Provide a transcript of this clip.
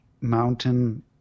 mountain